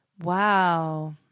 Wow